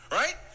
right